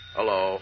Hello